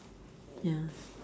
ya